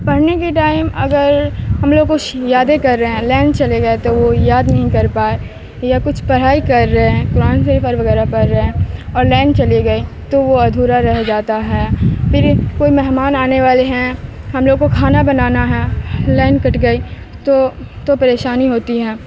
پڑھنے کے ٹائم اگر ہم لوگ کچھ یادیں کر رہے ہیں لائن چلے گئے تو وہ یاد نہیں کر پائے یا کچھ پڑھائی کر رہے ہیں قرآن شریف وغیرہ پڑھ رہے ہیں اور لائن چلے گئی تو وہ ادھورا رہ جاتا ہے پھر کوئی مہمان آنے والے ہیں ہم لوگ کو کھانا بنانا ہے لائن کٹ گئی تو تو پریشانی ہوتی ہے